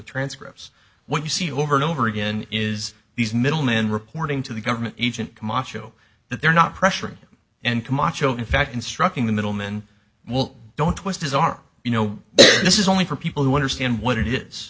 transcripts what you see over and over again is these middlemen reporting to the government agent camacho that they're not pressuring and camacho in fact instructing the middlemen well don't twist his arm you know this is only for people who understand what it is